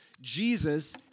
Jesus